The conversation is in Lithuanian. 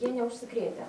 jie neužsikrėtę